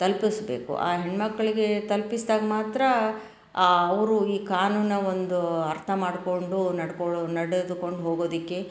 ತಲ್ಪಿಸ್ಬೇಕು ಆ ಹೆಣ್ಣು ಮಕ್ಕಳಿಗೆ ತಲ್ಪಿಸ್ದಾಗ ಮಾತ್ರ ಅವರು ಈ ಕಾನೂನು ಒಂದು ಅರ್ಥ ಮಾಡಿಕೊಂಡು ನಡ್ಕೊಳ್ಳೋ ನಡೆದುಕೊಂಡು ಹೋಗೋದಕ್ಕೆ